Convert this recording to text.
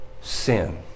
sin